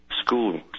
school